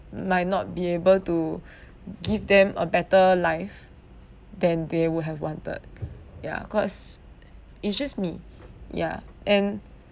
might not be able to give them a better life than they would have wanted ya cause it's just me ya and